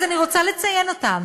אז אני רוצה לציין אותם.